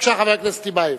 חבר הכנסת טיבייב,